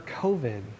COVID